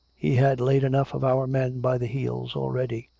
he has laid enough of our men by the heels already.